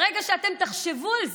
ברגע שאתם תחשבו על זה,